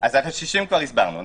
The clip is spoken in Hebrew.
את ה-60 הסברנו.